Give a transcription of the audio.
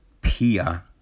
Pia